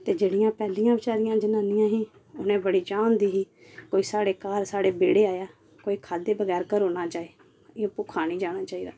ते जेह्डियां पैहलियां बचौरियां हुन जियां मीं ही मैं बड़े चाह् हुंदी ही कोई स्हाड़े घर स्हाड़े बेड़े आया कोई खाद्धे बगैर घरूं ना जाए इयां भुक्खा नी जाना चाहिदा